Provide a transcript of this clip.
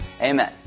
Amen